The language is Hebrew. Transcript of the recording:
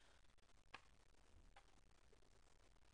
תציגי את עצמך.